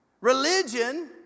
Religion